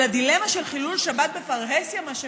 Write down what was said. אבל הדילמה של חילול שבת בפרהסיה, מה שמכונה,